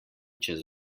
čez